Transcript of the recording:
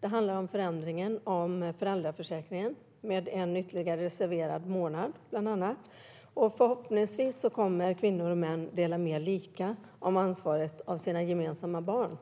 Det handlar om förändringen av föräldraförsäkringen med ytterligare en reserverad månad, bland annat. Förhoppningsvis kommer kvinnor och män att dela mer lika på ansvaret av sina gemensamma barn.